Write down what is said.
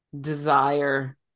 desire